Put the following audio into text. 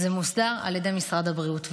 זה מוסדר על ידי משרד הבריאות,